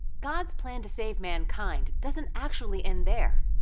god's plan to save mankind doesn't actually end there.